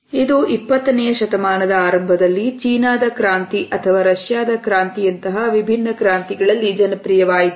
ಇದು ಇಪ್ಪತ್ತನೆಯ ಶತಮಾನದ ಆರಂಭದಲ್ಲಿ ಚೀನಾದ ಕ್ರಾಂತಿ ಅಥವಾ ರಷ್ಯಾದ ಕ್ರಾಂತಿ ಅಂತಹ ವಿಭಿನ್ನ ಕ್ರಾಂತಿಗಳಲ್ಲಿ ಜನಪ್ರಿಯವಾಯಿತು